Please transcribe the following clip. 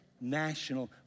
national